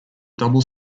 double